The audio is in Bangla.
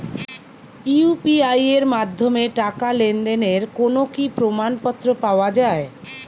ইউ.পি.আই এর মাধ্যমে টাকা লেনদেনের কোন কি প্রমাণপত্র পাওয়া য়ায়?